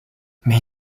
mais